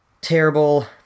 terrible